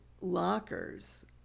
lockers